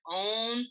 own